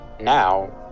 Now